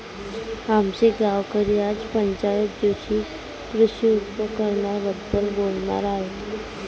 आमचे गावकरी आज पंचायत जीशी कृषी उपकरणांबद्दल बोलणार आहेत